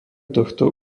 tohto